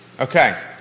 Okay